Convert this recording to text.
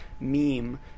meme